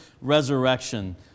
resurrection